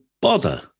bother